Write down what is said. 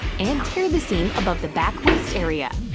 and tear the seam above the back waist area.